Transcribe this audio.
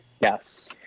Yes